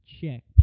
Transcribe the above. check